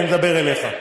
אני מדבר אליך,